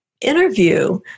interview